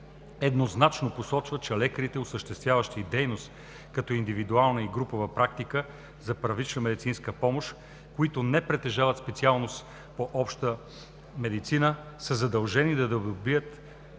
еднозначно посочват, че лекарите, осъществяващи дейност като индивидуална или групова практика за първична медицинска помощ, които не притежават специалност „Обща медицина“, са задължени да придобият